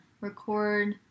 record